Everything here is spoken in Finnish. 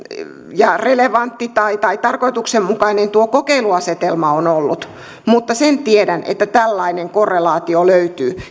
ja relevantti tai tai tarkoituksenmukainen tuo kokeiluasetelma on ollut mutta sen tiedän että tällainen korrelaatio löytyy